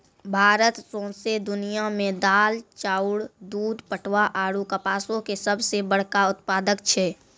भारत सौंसे दुनिया मे दाल, चाउर, दूध, पटवा आरु कपासो के सभ से बड़का उत्पादक छै